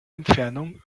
entfernung